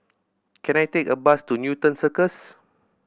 can I take a bus to Newton Circus